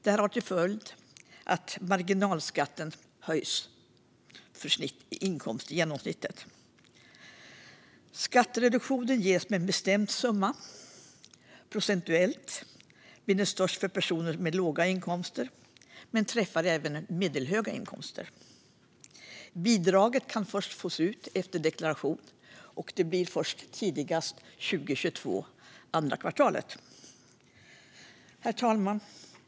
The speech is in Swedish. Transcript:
Detta får till följd att marginalskatten höjs för inkomster under genomsnittet. Skattereduktionen ges med en bestämd summa. Procentuellt blir den störst för personer med låga inkomster, men den träffar även medelhöga inkomster. Bidraget kan fås först efter inlämnad deklaration, vilket innebär att det betalas ut tidigast andra kvartalet 2022. Herr ålderspresident!